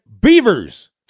Beavers